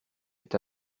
est